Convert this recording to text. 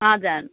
हजुर